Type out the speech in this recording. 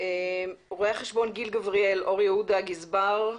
סגן ראש עיריית אור יהודה לשעבר.